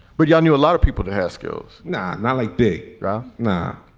but you knew a lot of people to hescos, not not like big yeah now